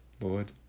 Lord